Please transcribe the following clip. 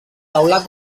teulat